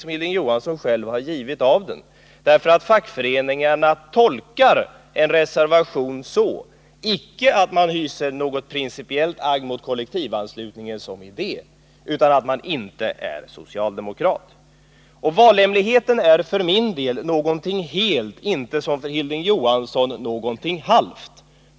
som Hilding Johansson själv har givit av den, därför att fackföreningarna tolkar en reservation icke så att reservanten hyser principiella betänkligheter mot kollektivanslutningen som idé utan så att reservanten inte är socialdemokrat. Valhemligheten är för mig någonting helt, inte som för Hilding Johansson någonting halvt.